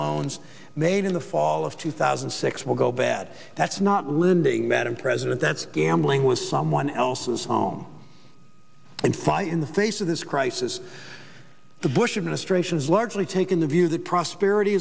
loans made in the fall of two thousand and six will go bad that's not linda madam president that's gambling with someone else's home and fi in the face of this crisis the bush administration is largely taking the view that prosperity